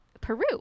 Peru